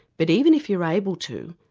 but even if you are able to,